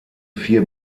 vier